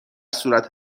صورت